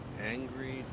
Angry